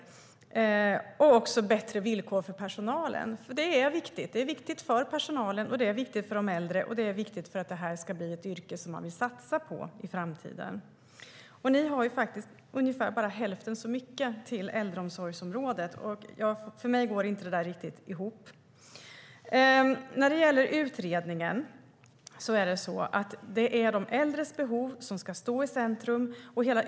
Dessutom blir det bättre villkor för personalen. Det är viktigt för personalen, och det är viktigt för de äldre. Det är också viktigt för att det ska bli ett yrke man vill satsa på i framtiden. Moderaterna anslår ungefär hälften så mycket till äldreomsorgsområdet. För mig går det inte riktigt ihop. När det gäller utredningen ska de äldres behov stå i centrum.